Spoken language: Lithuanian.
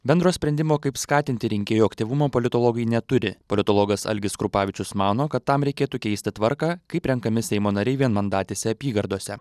bendro sprendimo kaip skatinti rinkėjų aktyvumą politologai neturi politologas algis krupavičius mano kad tam reikėtų keisti tvarką kaip renkami seimo nariai vienmandatėse apygardose